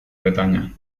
bretaña